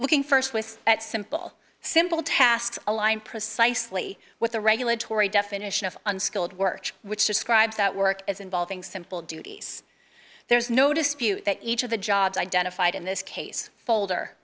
looking st with at simple simple tasks align precisely with the regulatory definition of unskilled work which describes that work as involving simple duties there is no dispute that each of the jobs identified in this case folder